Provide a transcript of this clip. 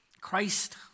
Christ